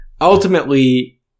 ultimately